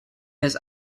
has